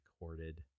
recorded